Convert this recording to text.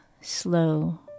slow